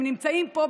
הם נמצאים פה,